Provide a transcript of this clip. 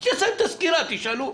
כשהיא תסיים את הסקירה, תשאלו.